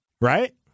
right